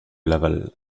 laval